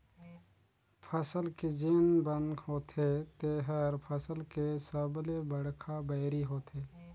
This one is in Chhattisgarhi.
फसल के जेन बन होथे तेहर फसल के सबले बड़खा बैरी होथे